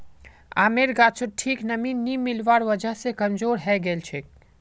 आमेर गाछोत ठीक नमीं नी मिलवार वजह कमजोर हैं गेलछेक